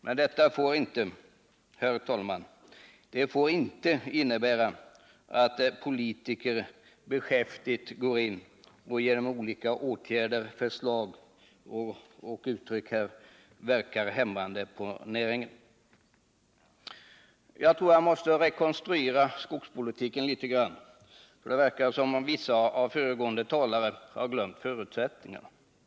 Men detta får inte, herr talman, innebära att politiker genom ett beskäftigt agerande i form av åtgärder, förslag och uttalanden verkar hämmande på näringen. Jag vill börja med att något rekapitulera vad som hänt inom skogspolitiken, eftersom det verkar som om vissa av de föregående talarna har glömt förutsättningarna i detta avseende.